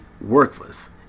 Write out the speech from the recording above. worthless